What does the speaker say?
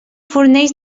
fornells